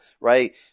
Right